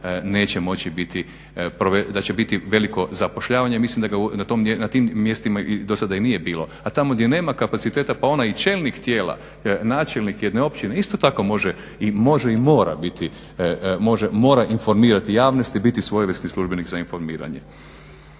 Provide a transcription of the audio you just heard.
neće moći biti, da će biti veliko zapošljavanje. Mislim da ga na tim mjestima dosada i nije bilo. A tamo gdje nema kapaciteta pa onaj i čelnik tijela, načelnik jedne općine isto tako može i mora biti, mora informirati javnost i biti svojevrstan službenik za informiranje.